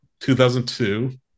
2002